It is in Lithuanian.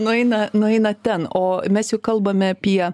nueina nueina ten o mes juk kalbame apie